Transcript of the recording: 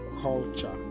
culture